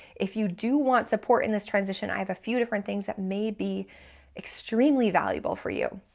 if you do want support in this transition, i have a few different things that may be extremely valuable for you.